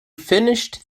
finished